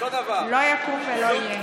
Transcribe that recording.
לא יקום ולא יהיה.